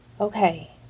Okay